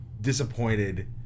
disappointed